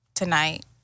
tonight